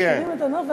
מחריבים את הנוף,